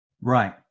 Right